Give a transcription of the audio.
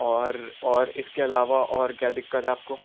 اور اور اس کے علاوہ اور کیا دقت ہے آپ کو